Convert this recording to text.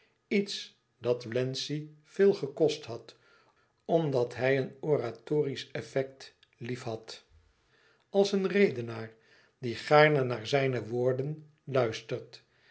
iets dat wlenzci veel gekost had omdat hij een oratorisch effect liefhad als een redenaar die gaarne naar zijne eigen woorden luistert